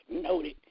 noted